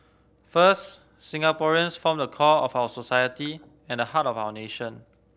first Singaporeans form the core of our society and the heart of our nation